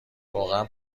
روغن